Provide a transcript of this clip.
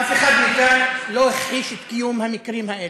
אף אחד מכאן לא הכחיש את קיום המקרים האלה,